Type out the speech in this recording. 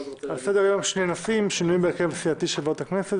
על סדר-היום שני נושאים: שינויים בהרכב הסיעתי של ועדות הכנסת,